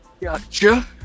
Gotcha